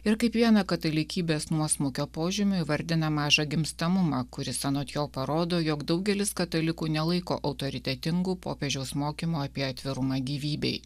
ir kaip vieną katalikybės nuosmukio požymių įvardina mažą gimstamumą kuris anot jo parodo jog daugelis katalikų nelaiko autoritetingų popiežiaus mokymų apie atvirumą gyvybei